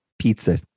pizza